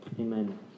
Amen